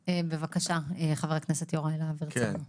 בבקשה, חבר הכנסת יוראי להב הרצנו.